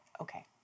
Okay